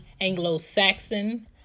Anglo-Saxon